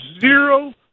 zero